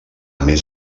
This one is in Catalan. més